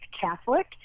Catholic